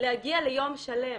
להגיע ליום שלם,